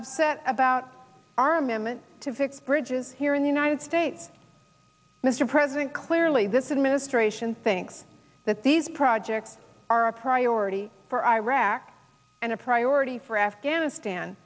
upset about our amendment to fix bridges here in the united states mr president clearly this is ministration thinks that these projects are already for iraq and a priority for afghanistan